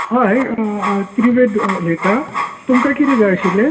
हय त्रीवेद उलयता तुमकां कितें जाय आशिल्लें